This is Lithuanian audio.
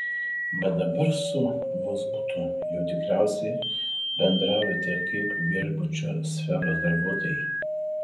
bet dabar su vozbutu jau tikriausiai bendraujate kaip viešbučių sferos darbuotojai